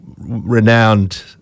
renowned